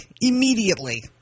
immediately